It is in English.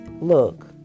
look